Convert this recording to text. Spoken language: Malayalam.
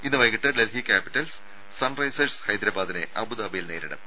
ഇന്ന് വൈകിട്ട് ഡൽഹി കാപ്പിറ്റൽസ് സൺറൈസേഴ്സ് ഹൈദ്രബാദിനെ അബുദാബിയിൽ നേരിടും